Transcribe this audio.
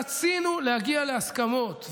רצינו להגיע להסכמות,